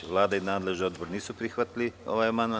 Vlada i nadležni odbor nisu prihvatili ovaj amandman.